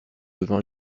devant